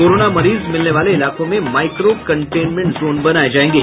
corona मरीज मिलने वाले इलाकों में माईक्रो कंटेनमेंट जोन बनाये जायेंगे